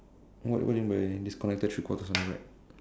what what do you mean by disconnected three quarters on the right